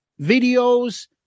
videos